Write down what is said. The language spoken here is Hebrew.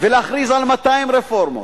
ולהכריז על 200 רפורמות.